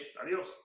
Adios